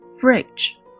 Fridge